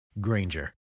Granger